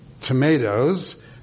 tomatoes